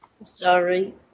sorry